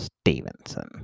Stevenson